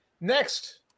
Next